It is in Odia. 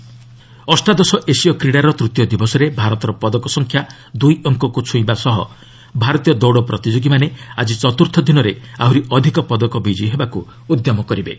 ଏସିଆନ୍ ଗେମ୍ସ୍ ଅଷ୍ଟାଦଶ ଏସୀୟ କ୍ରୀଡ଼ାର ତୂତୀୟ ଦିବସରେ ଭାରତର ପଦକ ସଂଖ୍ୟା ଦୁଇ ଅଙ୍କକୁ ଛୁଇଁବା ସହ ଭାରତୀୟ ଦୌଡ଼ ପ୍ରତିଯୋଗୀମାନେ ଆଜି ଚତୁର୍ଥ ଦିନରେ ଆହୁରି ଅଧିକ ପଦକ ବିଜୟୀ ହେବା ଉଦ୍ୟମ କରିବେ